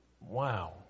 wow